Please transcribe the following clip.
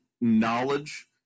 knowledge